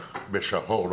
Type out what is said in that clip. רק בשחור,